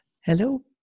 Hello